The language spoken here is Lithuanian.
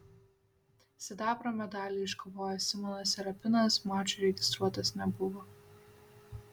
sidabro medalį iškovojęs simonas serapinas mačui registruotas nebuvo